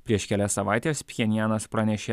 prieš kelias savaites pchenjanas pranešė